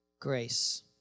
Grace